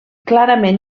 clarament